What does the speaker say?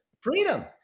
Freedom